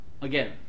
again